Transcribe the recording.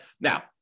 Now